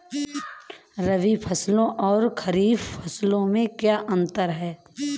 रबी फसलों और खरीफ फसलों में क्या अंतर है?